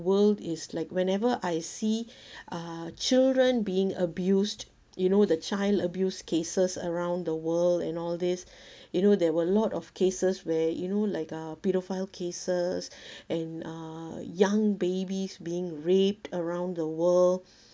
world is like whenever I see uh children being abused you know the child abuse cases around the world and all this you know there were a lot of cases where you know like a pedophile cases and uh young babies being raped around the world